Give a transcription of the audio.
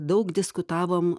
daug diskutavom